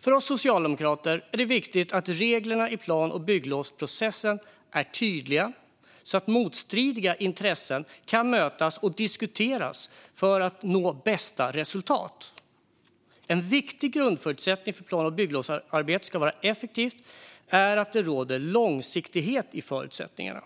För oss socialdemokrater är det viktigt att reglerna i plan och bygglovsprocessen är tydliga så att motstridiga intressen kan mötas och diskuteras för att bästa resultat ska nås. En viktig grundförutsättning för att plan och bygglovsarbetet ska vara effektivt är att det råder långsiktighet i förutsättningarna.